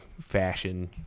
fashion